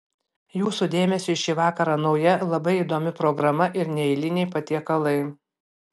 jūsų dėmesiui šį vakarą nauja labai įdomi programa ir neeiliniai patiekalai